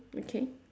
okay